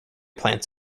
plants